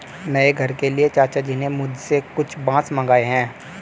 नए घर के लिए चाचा जी ने मुझसे कुछ बांस मंगाए हैं